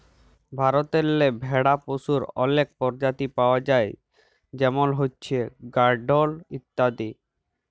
ভারতেল্লে ভেড়া পশুর অলেক পরজাতি পাউয়া যায় যেমল হছে গাঢ়ল ইত্যাদি